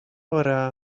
вара